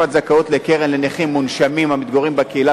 הוספת זכאות לקרן לנכים מונשמים המתגוררים בקהילה